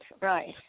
right